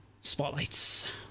Spotlights